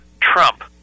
Trump